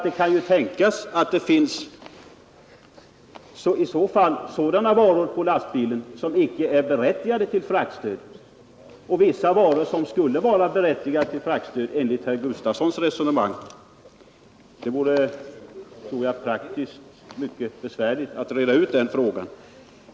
Det kan ju tänkas att det kommer att finnas vissa varor på lastbilen som inte är berättigade till fraktstöd och andra varor som skulle vara berättigade till fraktstöd enligt herr Gustafsons resonemang. Det skulle bli mycket besvärligt att praktiskt reda ut denna fråga.